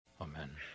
Amen